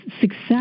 success